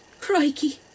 Crikey